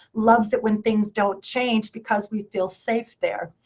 loves it when things don't change, because we feel safe there.